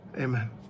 Amen